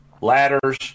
ladders